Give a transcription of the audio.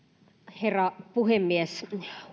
herra puhemies